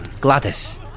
Gladys